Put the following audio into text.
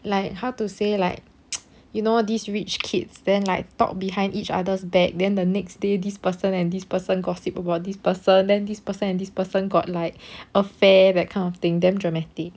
like how to say like you know these rich kids then like talk behind each other's back then the next day this person and this person gossip about this person then this person and this person got like affair that kind of thing damn dramatic